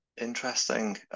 Interesting